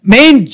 Main